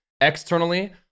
Externally